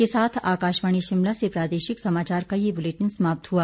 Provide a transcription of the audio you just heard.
इसी के साथ आकाशवाणी शिमला से प्रादेशिक समाचार का ये बुलेटिन समाप्त हुआ